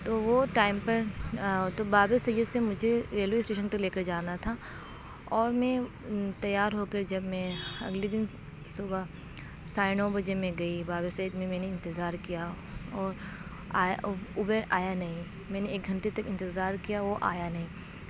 تو وہ ٹائم پر تو بابِ سید سے مجھے ریلوے اسٹیشن تک لے کر جانا تھا اور میں تیار ہو کر جب میں اگلے دِن صُبح ساڑھے نو بجے میں گئی بابِ سید میں میں نے انتظار کیا اور آیا ابیر آیا نہیں میں نے ایک گھنٹے تک انتظار کیا وہ آیا نہیں